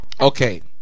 Okay